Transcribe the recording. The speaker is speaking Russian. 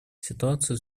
ситуацию